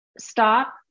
stop